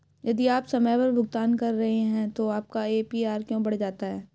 यदि आप समय पर भुगतान कर रहे हैं तो आपका ए.पी.आर क्यों बढ़ जाता है?